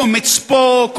קומץ פה,